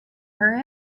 her